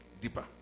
Deeper